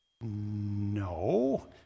no